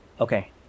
okay